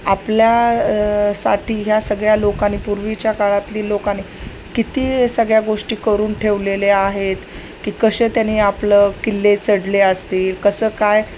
आपल्यासाठी ह्या सगळ्या लोकांनी पूर्वीच्या काळातली लोकांनी किती सगळ्या गोष्टी करून ठेवलेल्या आहेत की कसे त्याने आपलं किल्ले चढले असतील कसं काय